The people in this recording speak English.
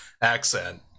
accent